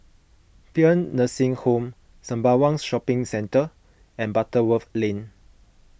Paean Nursing Home Sembawang Shopping Centre and Butterworth Lane